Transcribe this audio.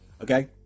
okay